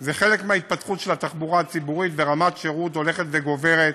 זה חלק מההתפתחות של התחבורה הציבורית ורמת שירות הולכת ועולה: